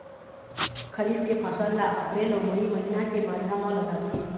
खरीफ के फसल ला अप्रैल अऊ मई महीना के माझा म लगाथे